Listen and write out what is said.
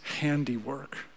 handiwork